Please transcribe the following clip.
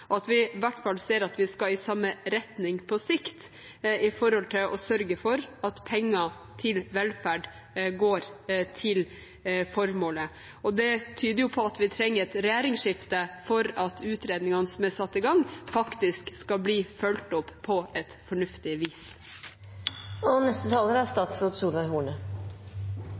vi i hvert fall ser at vi skal i samme retning på sikt når det gjelder å sørge for at penger til velferd går til formålet. Det tyder på at vi trenger et regjeringsskifte for at utredningene som er satt i gang, faktisk skal bli fulgt opp på et fornuftig vis. Det blir i denne salen framstilt som om det er